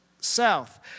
south